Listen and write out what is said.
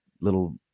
little